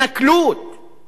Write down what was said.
לציבורים שלמים,